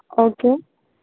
okay